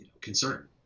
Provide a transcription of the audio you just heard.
concern